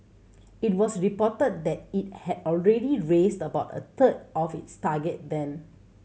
it was reported that it had already raised about a third of its target then